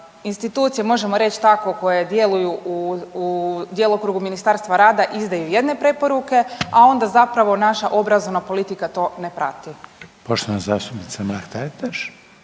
institucije možemo reć tako koje djeluju u djelokrugu Ministarstva rada izdaju jedne preporuke, a onda zapravo naša obrazovna politika to ne prati. **Reiner, Željko